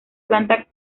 planta